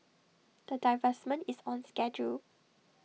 the divestment is on schedule